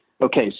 Okay